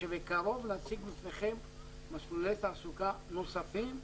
שבקרוב נציג בפניכם מסלולי תעסוקה נוספים,